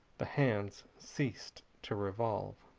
the hands ceased to revolve.